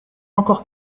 encore